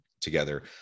together